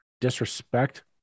disrespect